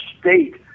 state